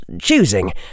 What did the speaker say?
choosing